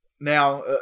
Now